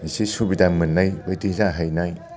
इसे सुबिदा मोन्नाय बादि जाहैनाय